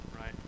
right